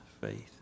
faith